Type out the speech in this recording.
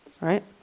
Right